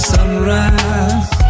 Sunrise